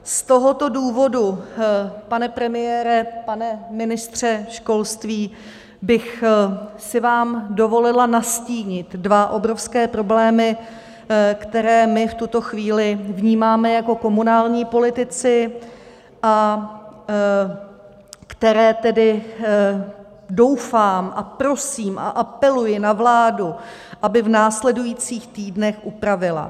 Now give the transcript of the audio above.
Z tohoto důvodu, pane premiére, pane ministře školství, bych si vám dovolila nastínit dva obrovské problémy, které my v tuto chvíli vnímáme jako komunální politici a které tedy, doufám a prosím a apeluji na vládu, aby v následujících týdnech upravila.